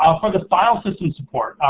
ah the file system support.